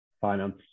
Finance